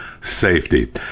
safety